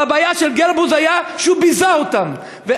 אבל הבעיה של גרבוז הייתה שהוא ביזה אותם.